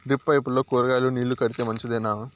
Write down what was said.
Drip పైపుల్లో కూరగాయలు నీళ్లు కడితే మంచిదేనా?